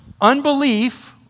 unbelief